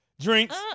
Drinks